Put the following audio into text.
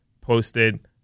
posted